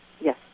Yes